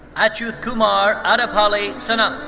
achyuthkumar addepalli sanath.